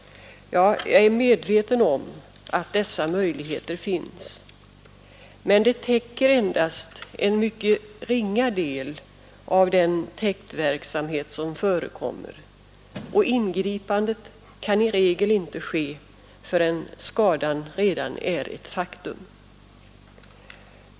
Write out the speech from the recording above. Jag är medveten om att dessa möjligheter finns. Men de täcker endast en mycket ringa del av den täktverksamhet som förekommer, och ingripandet kan i regel inte ske förrän skadan redan är ett faktum.